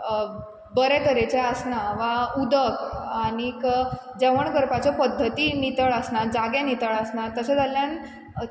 बरे तरेचें आसना वा उदक आनीक जेवण करपाच्यो पध्दती नितळ आसनात जागे नितळ आसनात तशें जाल्ल्यान